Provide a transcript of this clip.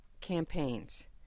campaigns